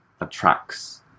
attracts